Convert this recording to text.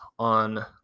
on